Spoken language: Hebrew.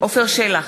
עפר שלח,